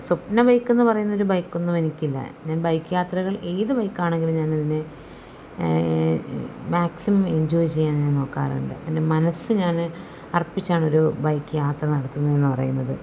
സ്വപ്ന ബൈക്കെന്നു പറയുന്നൊരു ബൈക്കൊന്നും എനിക്കില്ല ഞാൻ ബൈക്ക് യാത്രകൾ ഏതു ബൈക്കാണെങ്കിലും ഞാനതിനെ മാക്സിമം എഞ്ചോയ് ചെയ്യാൻ ഞാൻ നോക്കാറുണ്ട് എൻ്റെ മനസ്സ് ഞാൻ അർപ്പിച്ചാണൊരു ബൈക്ക് യാത്ര നടത്തുന്നതെന്ന് പറയുന്നത്